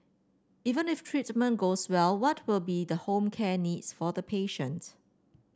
even if treatment goes well what will be the home care needs for the patient